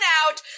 out